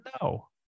No